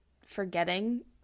forgetting